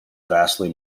vastly